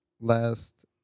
last